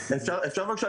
אשיב.